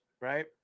right